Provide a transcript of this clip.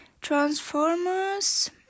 transformers